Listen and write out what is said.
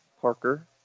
Parker